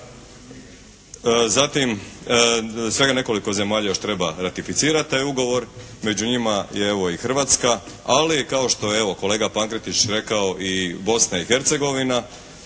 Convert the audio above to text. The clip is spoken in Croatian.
Zatim svega nekoliko zemalja još treba ratificirati taj ugovor. Među njima je evo i Hrvatska. Ali kao što je evo kolega Pankretić rekao i Bosna i Hercegovina